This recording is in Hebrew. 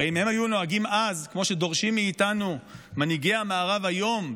הרי אם הם היו נוהגים אז כמו שדורשים מאיתנו מנהיגי המערב היום,